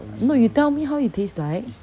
no you tell me how it taste like